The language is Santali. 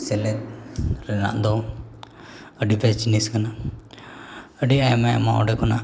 ᱥᱮᱞᱮᱫ ᱨᱮᱱᱟᱜ ᱫᱚ ᱟᱹᱰᱤ ᱵᱮᱥ ᱡᱤᱱᱤᱥ ᱠᱟᱱᱟ ᱟᱹᱰᱤ ᱟᱭᱢᱟᱼᱟᱭᱢᱟ ᱚᱸᱰᱮ ᱠᱷᱚᱱᱟᱜ